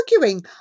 arguing